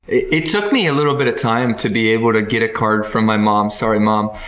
it took me a little bit of time to be able to get a card from my mom sorry mom!